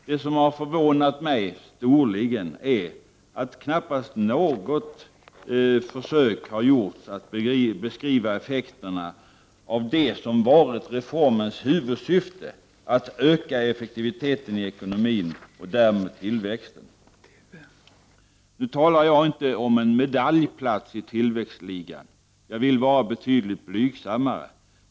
Det som har förvånat mig storligen är att knappast något försök har gjorts att beskriva effekterna av det som varit reformens huvudsyfte — att öka effektiviteten i ekonomin och därmed tillväxten. Nu talar jag inte om en medaljplats i tillväxtligan. Jag vill vara betydligt blygsammare.